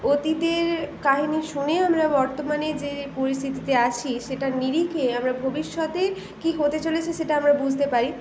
অতীতের কাহিনী শুনে আমরা বর্তমানে যে পরিস্থিতিতে আছি সেটার নিরিখে আমরা ভবিষ্যতে কী হতে চলেছে সেটা আমরা বুঝতে পারি